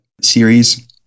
series